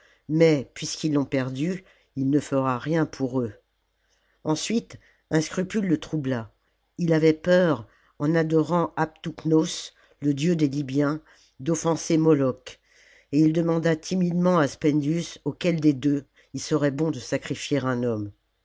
mais puisqu'ils l'ont perdu il ne fera rien pour eux ensuite un scrupule le troubla ii avait peur en adorant aptouknos le dieu des libyens d'offenser moloch et il demanda timidement à spendius auquel des deux il serait bon de sacrifier un homme